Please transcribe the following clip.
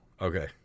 Okay